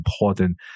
important